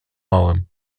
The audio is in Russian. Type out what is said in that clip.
малым